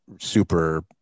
super